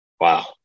wow